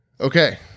Okay